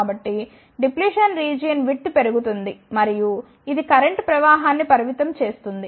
కాబట్టి depletion region width పెరుగుతుంది మరియు ఇది కరెంట్ ప్రవాహాన్ని పరిమితం చేస్తుంది